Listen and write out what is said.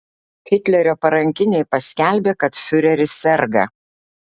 hitlerio parankiniai paskelbė kad fiureris serga